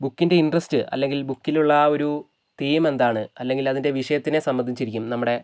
ബുക്കിൻ്റെ ഇൻറ്ററസ്റ്റ് അല്ലെങ്കിൽ ബുക്കിലുള്ള ആ ഒരു തീം എന്താണ് അല്ലെങ്കിൽ അതിൻ്റെ വിഷയത്തിനെ സംബന്ധിച്ചിരിക്കും നമ്മുടെ